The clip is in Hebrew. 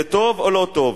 זה טוב או לא טוב?